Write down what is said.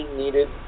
needed